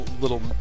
Little